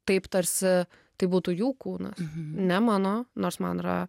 taip tarsi tai būtų jų kūnas ne mano nors man yra